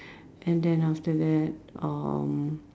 and then after that um